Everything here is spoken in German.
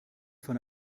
von